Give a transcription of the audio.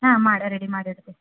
ಹಾಂ ಮಾಡಿ ರೆಡಿ ಮಾಡಿ ಇಡ್ತೀವಿ